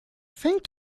fängt